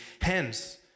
Hence